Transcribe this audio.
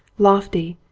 lofty,